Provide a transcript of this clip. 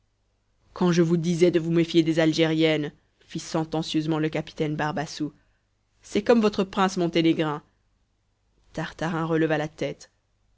quand je vous disais de vous méfier des algériennes fit sentencieusement le capitaine barbassou c'est comme votre prince monténégrin tartarin releva la tête